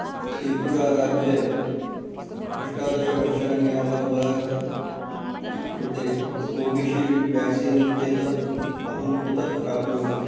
त्रिपुराराज्ये अष्टादशवर्षाणि यावत् वयस्कृते कोविशील्ड् व्याक्सीन् इत्येतत् अहं कुतः प्राप्नोमि